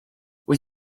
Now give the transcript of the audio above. wyt